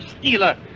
stealer